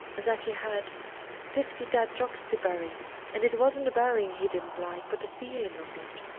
that he had fifty dead jocks to bury and it wasn't the buryin' he didn't like but the feeling of it.